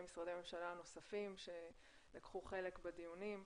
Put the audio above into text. משרדי הממשלה הנוספים שלקחו חלק בדיונים,